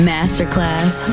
Masterclass